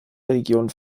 religionen